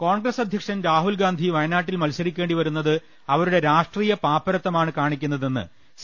കോൺഗ്രസ് അധ്യക്ഷൻ രാഹുൽഗാന്ധി വയനാട്ടിൽ മത്സരി ക്കേണ്ടി വരുന്നത് അവരുടെ രാഷ്ട്രീയ പാപ്പരത്തമാണ് കാണിക്കു ന്നതെന്ന് സി